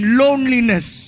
loneliness